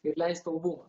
ir leist albumą